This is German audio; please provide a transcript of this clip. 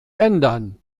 ändern